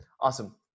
Awesome